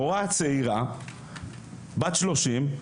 מורה צעירה בת 30,